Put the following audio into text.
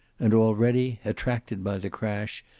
and already, attracted by the crash,